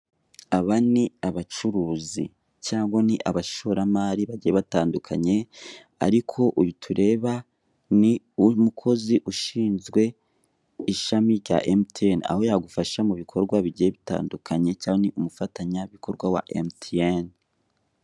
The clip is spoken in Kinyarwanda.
Aba ni abacuruzi cyangwa ni abashoramari bagiye batandukanye, ariko uyu tureba ni umukozi ushinzwe ishami rya emutiyene, aho yagufasha mu bikorwa bigiye bitandukanye, cyangwa ni umufatanyabikorwa wa emutiyene.